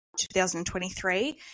2023